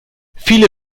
viele